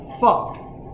fuck